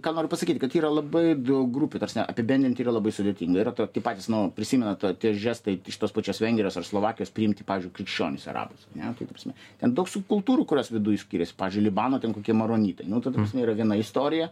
ką noriu pasakyti kad yra labai daug grupių ta prasme apibendrinti yra labai sudėtinga yra to tie patys nu prisimena ta tie žestai iš tos pačios vengrijos ar slovakijos priimti pavyzdžiui krikščionis arabus ane taip ta prasme ten daug subkultūrų kurios viduj skiriasi pavyzdžiui libano ten kokie maronitai nu tai ta prasme yra viena istorija